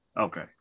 Okay